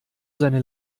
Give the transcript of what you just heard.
seine